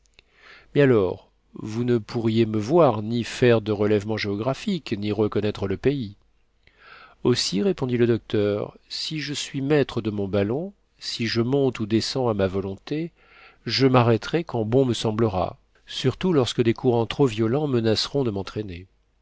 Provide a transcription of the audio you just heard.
mais alors vous ne pourriez me voir ni faire de relèvements géographiques ni reconnaître le pays aussi répondit le docteur si je suis maître de mon ballon si je monte ou descends à ma volonté je m'arrêterai quand bon me semblera surtout lorsque des courants trop violents menaceront de m'entraîner